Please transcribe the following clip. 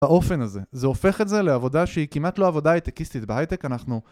באופן הזה, זה הופך את זה לעבודה שהיא כמעט לא עבודה הייטקיסטית, בהייטק אנחנו